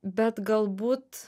bet galbūt